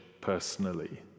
personally